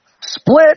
Split